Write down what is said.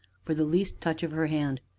for the least touch of her hand.